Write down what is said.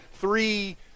three